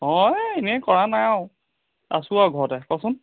অঁ এই এনেই কৰা নাই আৰু আছোঁ আৰু ঘৰতে কচোন